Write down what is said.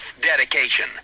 dedication